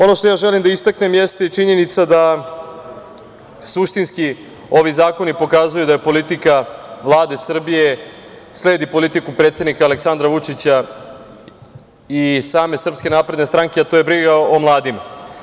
Ono što ja želim da istaknem jeste i činjenica da suštinski ovi zakoni pokazuju da je politika Vlade Republike Srbije sledi politiku predsednika Aleksandra Vučića i same SNS, a to je briga o mladima.